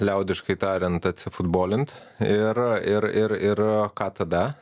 liaudiškai tariant atsifutbolint ir ir ir ir ką tada